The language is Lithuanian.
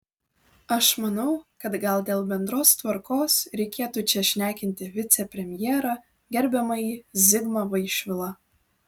aš manau kad gal dėl bendros tvarkos reikėtų čia šnekinti vicepremjerą gerbiamąjį zigmą vaišvilą